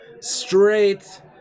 straight